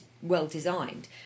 well-designed